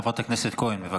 חברת הכנסת כהן, בבקשה.